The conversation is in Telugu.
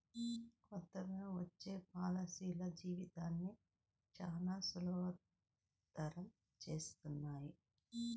కొత్తగా వచ్చే పాలసీలు జీవితాన్ని చానా సులభతరం చేస్తున్నాయి